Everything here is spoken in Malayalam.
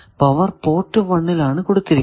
പവർ പോർട്ട് 1 ൽ ആണ് കൊടുത്തിരിക്കുന്നത്